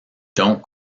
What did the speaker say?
don’t